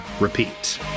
Repeat